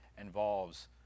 involves